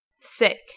Sick